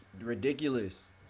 ridiculous